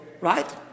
Right